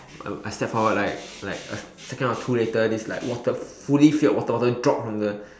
I I step forward like like a second or two later this like water fully filled water bottle drop from the